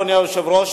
אדוני היושב-ראש,